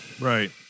Right